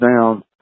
down